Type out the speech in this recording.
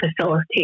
facilitate